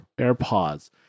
AirPods